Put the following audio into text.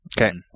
Okay